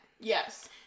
Yes